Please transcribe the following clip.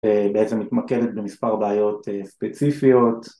בעצם מתמקדת במספר בעיות ספציפיות